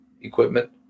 equipment